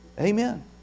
Amen